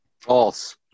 False